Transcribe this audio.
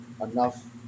enough